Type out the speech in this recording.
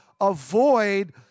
avoid